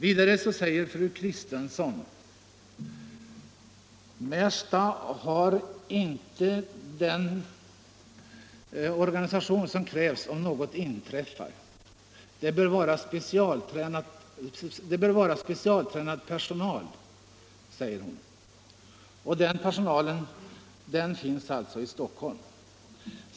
Vidare säger fru Kristensson att Märsta inte har den organisation som krävs om något inträffar och att det bör vara specialtränad personal där. Och den personalen skulle alltså finnas i Stockholm.